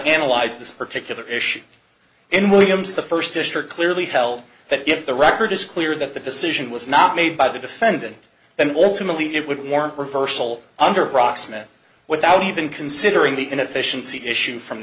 analyze this particular issue in williams the first district clearly held that if the record is clear that the decision was not made by the defendant then alternately it would warrant reversal under proximate without even considering the inefficiency issue from